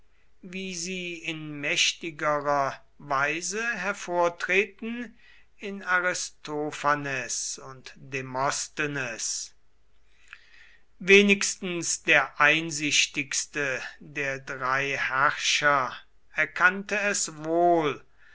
wie sie in mächtigerer weise hervortreten in aristophanes und demosthenes wenigstens der einsichtigste der drei herrscher erkannte es wohl